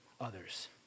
others